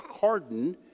hardened